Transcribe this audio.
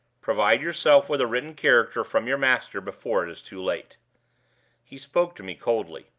provide yourself with a written character from your master before it is too late he spoke to me coldly.